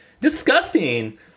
Disgusting